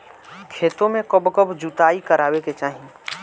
खेतो में कब कब जुताई करावे के चाहि?